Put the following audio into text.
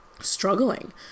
struggling